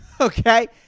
Okay